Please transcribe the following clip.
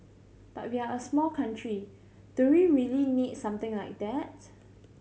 but we're a small country do we really need something like that